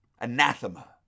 Anathema